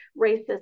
racism